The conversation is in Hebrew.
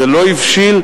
זה לא הבשיל,